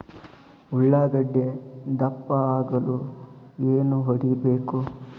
ಉಳ್ಳಾಗಡ್ಡೆ ದಪ್ಪ ಆಗಲು ಏನು ಹೊಡಿಬೇಕು?